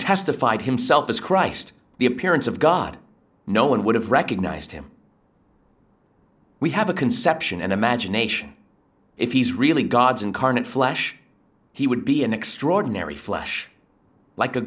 testified himself as christ the appearance of god no one would have recognized him we have a conception and imagination if he's really god's incarnate flesh he would be an extraordinary flesh like a